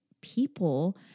people